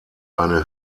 eine